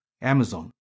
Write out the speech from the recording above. Amazon